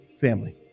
Family